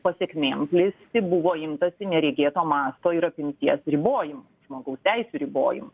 pasekmė plisti buvo imtasi neregėto masto ir apimties ribojimų žmogaus teisių ribojimų